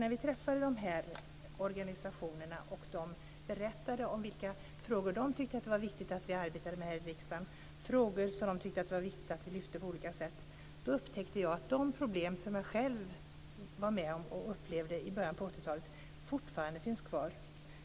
När vi träffade de här organisationerna och de berättade vilka frågor de tyckte att det var viktigt att vi arbetade med här i riksdagen, frågor som de tyckte att det var viktigt att vi lyfte fram på olika sätt, upptäckte jag att de problem som jag själv upplevde i början av 80-talet fortfarande finns kvar.